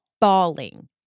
Bawling